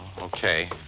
okay